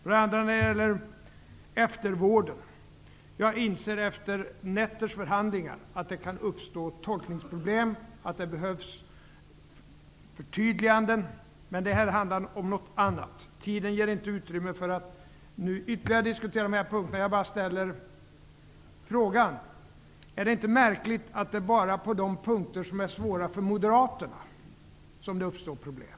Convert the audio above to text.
När det gäller eftervården inser jag att det efter nätters förhandlingar kan uppstå tolkningsproblem och att det behövs förtydliganden. Men det här handlar om något annat. Tiden ger inte utrymme för att ytterligare diskutera dessa punkter. Jag vill bara ställa frågan om det inte är märkligt att det bara är på de punkter som är svåra för Moderaterna som det uppstår problem.